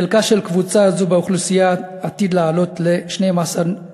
חלקה של קבוצה זו באוכלוסייה עתיד לעלות ל-12.7%.